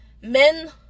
Men